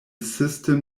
system